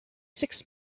six